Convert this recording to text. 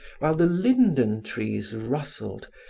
while the linden-trees rustled,